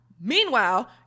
Meanwhile